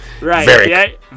Right